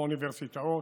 באוניברסיטאות,